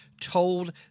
told